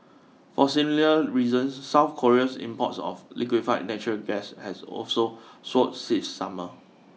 for similar reasons South Korea's imports of liquefied natural gas have also soared since summer